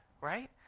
right